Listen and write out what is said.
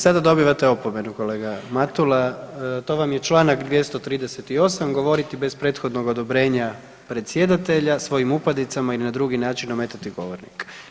Sada dobivate opomenu kolega Matula, to vam je čl. 238, gotoviti bez prethodnog odobrenja predsjedatelja, svojim upadicama i na drugi način ometati govornika.